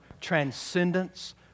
transcendence